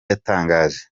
yatangaje